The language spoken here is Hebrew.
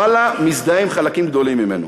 ואללה, מזדהה עם חלקים גדולים ממנו.